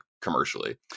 commercially